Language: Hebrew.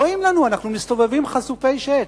רואים לנו, אנחנו מסתובבים חשופי שת.